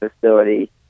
facility